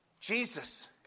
Jesus